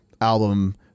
album